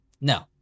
No